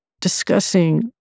discussing